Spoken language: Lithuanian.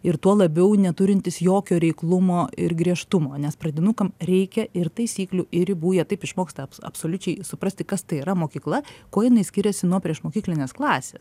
ir tuo labiau neturintis jokio reiklumo ir griežtumo nes pradinukam reikia ir taisyklių ir ribų jie taip išmoksta ab absoliučiai suprasti kas tai yra mokykla kuo jinai skiriasi nuo priešmokyklinės klasės